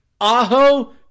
Aho